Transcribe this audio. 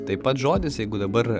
taip pat žodis jeigu dabar